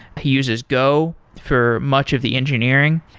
he uses go for much of the engineering,